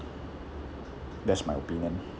that's my opinion